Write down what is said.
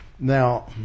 Now